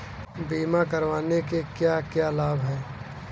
बीमा करवाने के क्या क्या लाभ हैं?